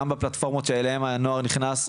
גם בפלטפורמות שאליהם הנוער נכנס,